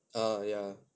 ah ya